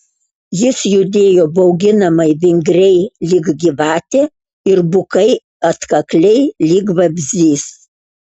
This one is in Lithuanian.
jis judėjo bauginamai vingriai lyg gyvatė ir bukai atkakliai lyg vabzdys